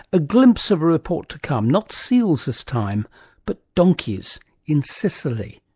a glimpse of a report to come, not seals this time but donkeys in sicily.